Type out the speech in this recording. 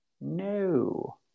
no